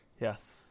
Yes